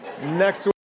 Next